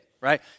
right